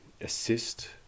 assist